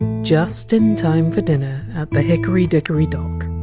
justin time for dinner at the hickory dickory dock!